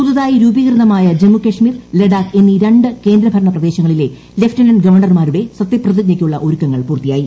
പുതുതായി രൂപീകൃതമായ ജമ്മു കശ്മീർ ലഡാക്ക് എന്നീ രണ്ടു കേന്ദ്രഭരണ പ്രദേശങ്ങളിലെ ലഫ്റ്റനന്റ് ഗവർണർമാരൂടെ സത്യപ്രതിജ്ഞയ്ക്കുള്ള ഒരുക്കങ്ങൾ പൂർത്തിയായി